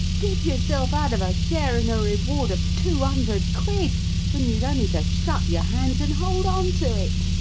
did yourself out of a share in a reward of two hundred quid when you'd only to shut your hands and hold on to it!